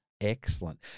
Excellent